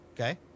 Okay